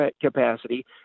capacity